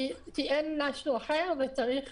כי אין משהו אחר וצריך